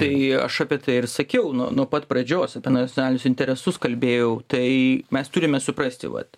tai aš apie tai ir sakiau nuo nuo pat pradžios apie nacionalinius interesus kalbėjau tai mes turime suprasti vat